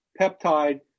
peptide